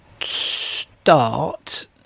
start